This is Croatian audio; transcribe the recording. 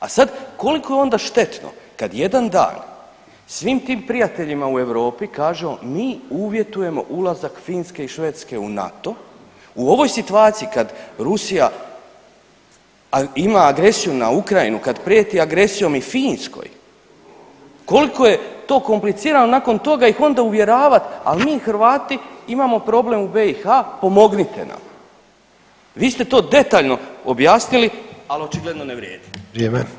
A sada koliko je onda štetno kada jedan dan svim tim prijateljima u Europi kažemo mi uvjetujemo ulazak Finske i Švedske u NATO u ovoj situaciji kada Rusija ima agresiju na Ukrajinu, kada prijeti agresijom i Finskoj koliko je to komplicirano i nakon toga ih onda uvjeravati ali mi Hrvati imamo problem u BiH pomognite nam vi ste to detaljno objasnili ali očigledno ne vrijedi.